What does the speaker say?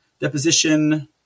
deposition